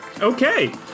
Okay